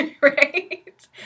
right